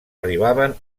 arribaven